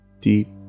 deep